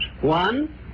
One